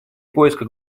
поиска